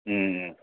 ꯎꯝ